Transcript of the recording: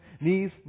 knees